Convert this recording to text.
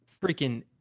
freaking